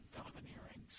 domineering